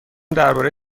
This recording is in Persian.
درباره